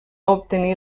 obtenir